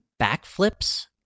backflips